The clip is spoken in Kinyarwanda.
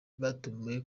batumiwe